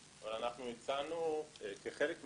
וכך יוצא שאנחנו נענשים פעמיים או שלוש: קודם